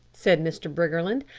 said mr. briggerland.